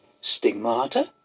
Stigmata